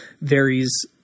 varies –